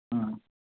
ம்